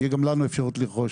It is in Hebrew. שתהיה גם לנו אפשרות לרכוש,